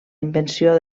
invenció